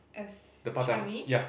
as Changi